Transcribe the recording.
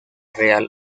real